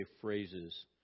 phrases